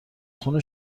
خون